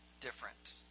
different